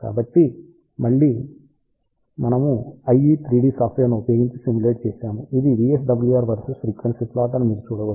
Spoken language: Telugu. కాబట్టి మనము మళ్ళీ IE3D సాఫ్ట్వేర్ను ఉపయోగించి సిమ్యులేట్ చేశాము ఇది VSWR వర్సెస్ ఫ్రీక్వెన్సీ ప్లాట్ అని మీరు చూడవచ్చు